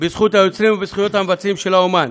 בזכות היוצרים או בזכויות המבצעים של האמן.